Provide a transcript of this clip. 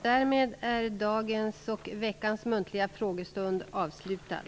Därmed är dagens och veckans muntliga frågestund avslutad.